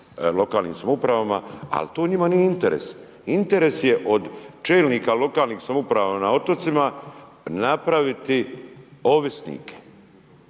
lokalnim samoupravama. Ali to njima nije interes. Interes je od čelnika lokalnih samouprava na otocima napraviti ovisnike,